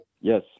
yes